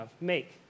make